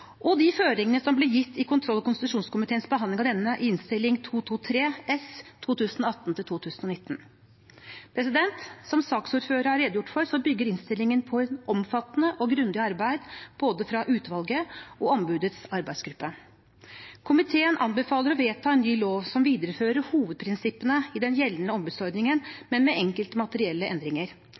og de føringene som ble gitt i kontroll- og konstitusjonskomiteens behandling av denne, jf. Innst. 223 S for 2018–2019. Som saksordføreren har redegjort for, bygger innstillingen på et omfattende og grundig arbeid fra både utvalget og ombudets arbeidsgruppe. Komiteen anbefaler å vedta en ny lov som viderefører hovedprinsippene i den gjeldende ombudsordningen, men med enkelte materielle endringer.